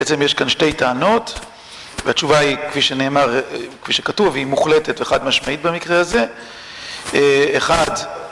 בעצם יש כאן שתי טענות והתשובה היא כפי שנאמר כפי שכתוב היא מוחלטת וחד משמעית במקרה הזה